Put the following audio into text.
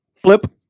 Flip